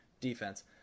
defense